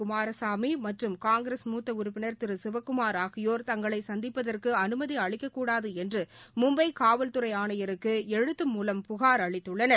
குமாரசாமிமற்றும் காங்கிரஸ் மூத்தஉறுப்பினா் திருசிவக்குமாா் ஆகியோா் தங்களைசந்திப்பதற்குஅனுமதிஅளிக்கக்கூடாதுஎன்றுமும்பைகாவல்துறைஆணையருக்குஎழுத்து மூலம் புகார் அளித்துள்ளனர்